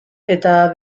eta